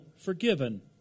forgiven